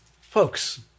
Folks